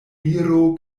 viro